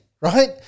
right